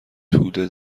توده